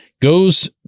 Goes